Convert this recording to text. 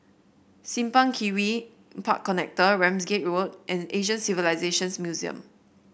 Simpang Kiri Park Connector Ramsgate Road and Asian Civilisations Museum